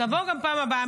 תבוא גם בפעם הבאה.